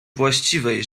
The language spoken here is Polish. właściwej